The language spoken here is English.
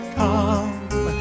come